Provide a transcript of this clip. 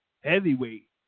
heavyweight